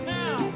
now